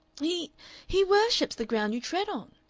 he he worships the ground you tread on.